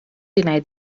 deny